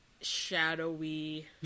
shadowy